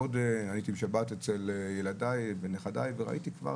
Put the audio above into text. הייתי בשבת אצל ילדיי ונכדיי וראיתי כבר